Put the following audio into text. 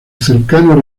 cercano